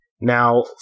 Now